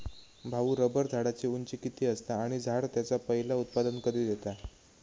भाऊ, रबर झाडाची उंची किती असता? आणि झाड त्याचा पयला उत्पादन कधी देता?